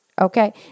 Okay